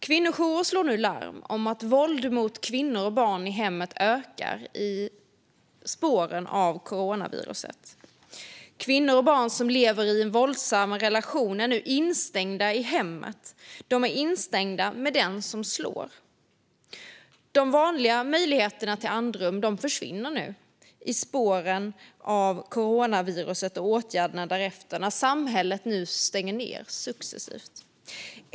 Kvinnojourer slår nu larm om att våld mot kvinnor och barn i hemmet ökar i spåren av coronaviruset. Kvinnor och barn som lever i en våldsam relation är nu instängda i hemmet; de är instängda med den som slår. De vanliga möjligheterna till andrum försvinner nu i spåren av coronaviruset och åtgärderna därefter när samhället nu stänger ned successivt.